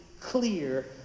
clear